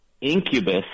Incubus